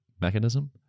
mechanism